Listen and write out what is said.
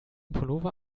pullover